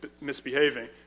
misbehaving